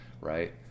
right